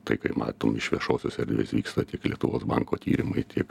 tai kai matom iš viešosios erdvės vyksta tik lietuvos banko tyrimai tiek